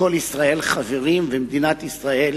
שכל ישראל חברים, ומדינת ישראל